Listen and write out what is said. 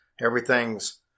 everything's